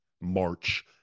March